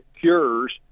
cures